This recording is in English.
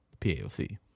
PAOC